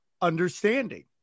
understanding